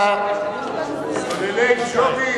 המועצות המקומיות (אישור נחיצות מילוי משרה),